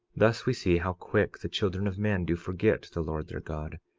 thus we see how quick the children of men do forget the lord their god,